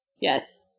Yes